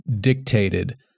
dictated